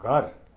घर